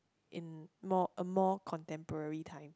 in more a more contemporary time